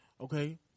okay